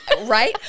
Right